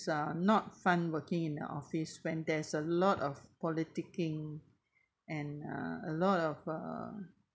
uh not fun working in the office when there's a lot of politicking and uh a lot of um